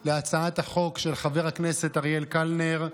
על הצעת החוק של חבר הכנסת אריאל קלנר: